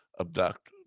abduct